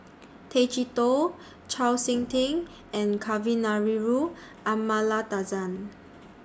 Tay Chee Toh Chau Sik Ting and Kavignareru Amallathasan